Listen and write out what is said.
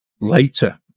later